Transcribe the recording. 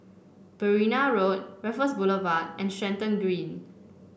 Berrima Road Raffles Boulevard and Stratton Green